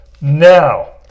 now